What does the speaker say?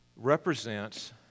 represents